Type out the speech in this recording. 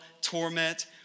torment